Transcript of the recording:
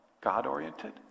God-oriented